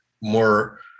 more